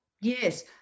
Yes